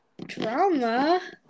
Drama